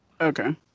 Okay